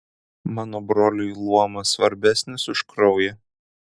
mano broliui luomas svarbesnis už kraują